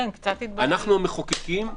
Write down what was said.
אנחנו המחוקקים,